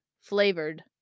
flavored